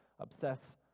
obsess